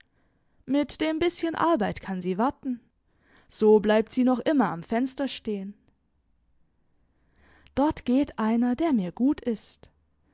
mit dem bißchen arbeit kann sie warten so bleibt sie noch immer am fenster stehen dort geht einer der mir gut ist